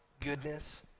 Goodness